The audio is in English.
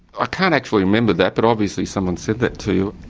ah can't actually remember that, but obviously someone said that to you.